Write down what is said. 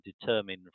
determine